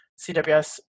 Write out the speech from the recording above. CWS